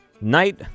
night